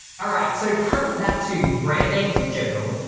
all right so coming back to brand names in general,